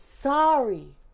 sorry